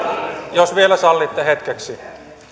jos vielä sallitte hetkeksi